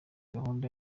gahunda